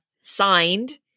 signed